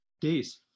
days